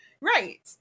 right